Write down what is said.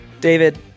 David